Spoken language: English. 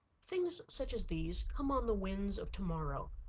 things such as these come on the winds of to-morrow.